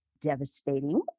devastating